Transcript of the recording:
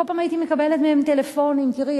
כל פעם הייתי מקבלת מהם טלפונים: תראי,